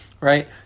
Right